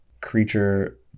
creature